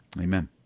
Amen